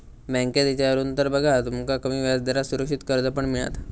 बँकेत इचारून तर बघा, तुमका कमी व्याजदरात सुरक्षित कर्ज पण मिळात